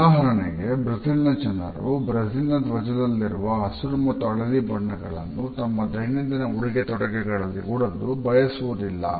ಉದಾಹರಣೆಗೆ ಬ್ರೆಜಿಲ್ ನ ಜನರು ಬ್ರೆಜಿಲ್ ನ ಧ್ವಜದಲ್ಲಿರುವ ಹಸಿರು ಮತ್ತು ಹಳದಿ ಬಣ್ಣಗಳನ್ನು ತಮ್ಮ ದೈನಂದಿನ ಉಡುಗೆ ತೊಡುಗೆಗಳಲ್ಲಿ ಉಡಲು ಬಯಸುವುದಿಲ್ಲ